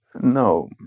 No